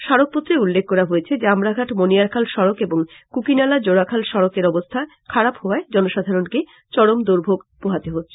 স্মারকপত্রে উল্লেখ করা হয়েছে যে আমড়াঘাট মণিয়ারখাল সড়ক এবং কুকিনালা জোড়াখাল সড়কের অবস্থা খারাপ হওয়ায় জনগনকে চরম র্দভোগ পোহাতে হচ্ছে